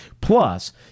Plus